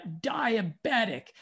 diabetic